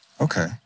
Okay